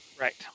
Right